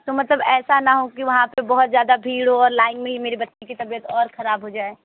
तो मतलब ऐसा ना हो कि वहाँ पर बहुत ज़्यादा भीड़ हो और लाइन में ही मेरी बच्ची की तबीयत और ख़राब हो जाए